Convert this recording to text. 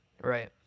Right